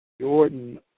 Jordan